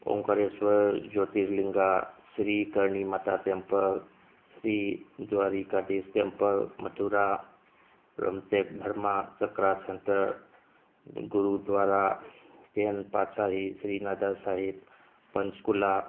ꯑꯣꯡꯀꯔꯦꯁꯣꯔ ꯖꯣꯇꯤꯔꯂꯤꯡꯒꯥ Shri Karni Mata temple Shri Dwarkadhish temple Mathura Ramtek Dharma Chakra centre Gurdwara ten Patshahi ꯁ꯭ꯔꯤꯅꯥꯇꯥꯁꯥꯍꯤꯞ ꯄꯟꯆꯀꯨꯂꯥ